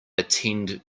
attend